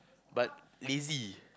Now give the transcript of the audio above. but lazy